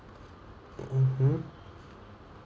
mmhmm ya